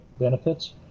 benefits